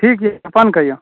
ठीक छै अपन कहियौ